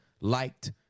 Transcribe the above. liked